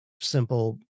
simple